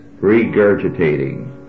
Regurgitating